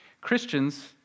Christians